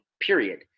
period